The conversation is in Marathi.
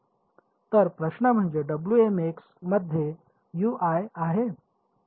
तर प्रश्न म्हणजे मध्ये आहे